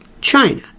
China